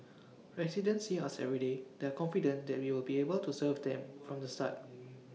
residents see us everyday they are confident that we will be able to serve them from the start